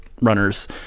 runners